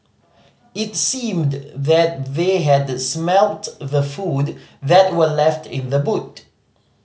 it seemed that they had smelt the food that were left in the boot